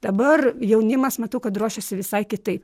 dabar jaunimas matau kad ruošiasi visai kitaip